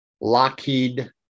Lockheed